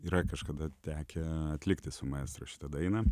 yra kažkada tekę atlikti su maestro šitą dainą